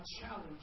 challenge